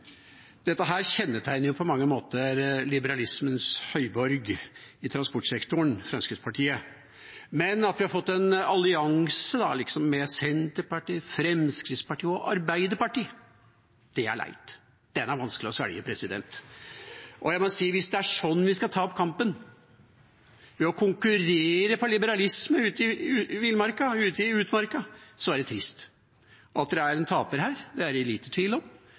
Dette kjennetegner jo på mange måter liberalismens høyborg i transportsektoren, Fremskrittspartiet. Men at vi har fått en allianse mellom Senterpartiet, Fremskrittspartiet og Arbeiderpartiet, er leit. Det er vanskelig å svelge. Jeg må si at hvis det er sånn vi skal ta opp kampen, ved å konkurrere på liberalisme ute i utmarka, så er det trist. At det er en taper her, er det liten tvil om.